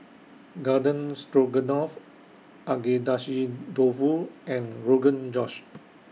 Garden Stroganoff Agedashi Dofu and Rogan Josh